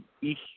ich